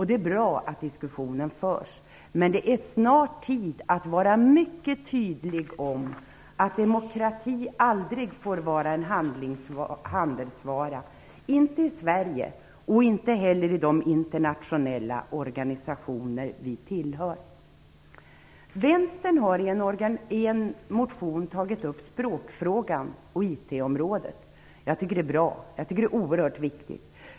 Det är bra att diskussionen förs, men det är snart tid att vara mycket tydlig om att demokrati aldrig får vara en handelsvara, inte i Sverige och inte heller i de internationella organisationer vi tillhör. Vänsterpartiet har i en motion tagit upp språkfrågan på IT-området. Jag tycker att det är bra och oerhört viktigt.